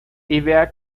idea